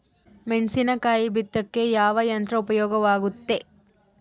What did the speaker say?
ಮೆಣಸಿನಕಾಯಿ ಬಿತ್ತಾಕ ಯಾವ ಯಂತ್ರ ಉಪಯೋಗವಾಗುತ್ತೆ?